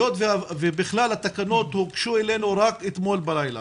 והיות ובכלל התקנות הוגשו אלינו רק אתמול בלילה.